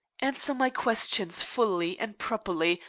answer my question fully and properly,